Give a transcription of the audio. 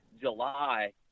July